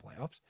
playoffs